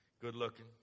good-looking